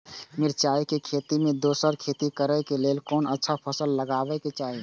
मिरचाई के खेती मे दोसर खेती करे क लेल कोन अच्छा फसल लगवाक चाहिँ?